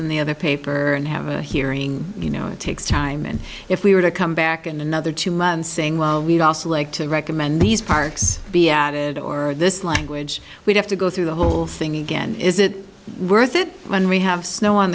in the other paper and have a hearing you know it takes time and if we were to come back in another two months we'd also like to recommend these parks be added or this language would have to go through the whole thing again is it worth it when we have snow on